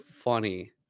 funny